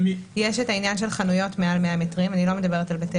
יש את העניין של חנויות מעל 100 מטרים אני לא מדברת עכשיו על בתי